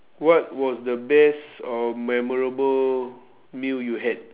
what was the best or memorable meal you had